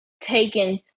taken